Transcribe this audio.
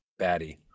baddie